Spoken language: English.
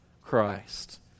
Christ